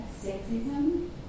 sexism